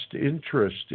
interest